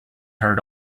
heard